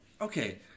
okay